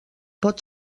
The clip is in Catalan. pot